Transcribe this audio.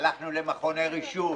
הלכנו למכוני רישוי.